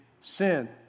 sin